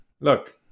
look